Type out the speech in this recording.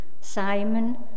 Simon